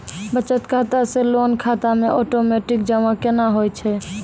बचत खाता से लोन खाता मे ओटोमेटिक जमा केना होय छै?